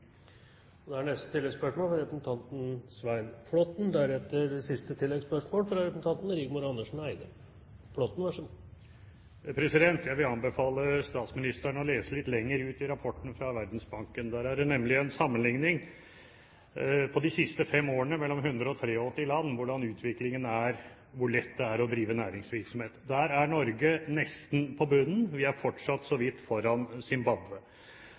Svein Flåtten – til oppfølgingsspørsmål. Jeg vil anbefale statsministeren å lese litt lenger ut i rapporten fra Verdensbanken. Der er det nemlig en sammenligning de siste fem årene mellom 183 land når det gjelder hvor lett det er å drive næringsvirksomhet. Der er Norge nesten på bunnen. Vi er fortsatt så vidt foran